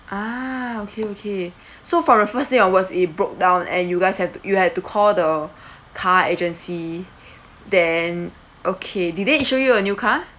ah okay okay so for a first day onwards it broke down and you guys have you had to call the car agency then okay did they issue you a new car